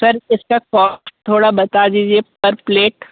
sir इसका cost थोड़ा बता दीजिए पर प्लेट